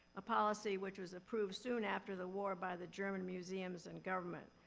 a policy which was approved soon after the war by the german museums and government.